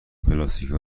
پلاستیکها